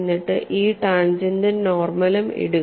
എന്നിട്ട് ഈ ടാൻജെന്റും നോർമലും ഇടുക